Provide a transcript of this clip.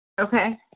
Okay